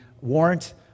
warrant